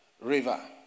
river